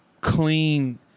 clean